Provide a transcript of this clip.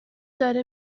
داره